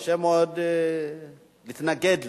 קשה מאוד להתנגד לו.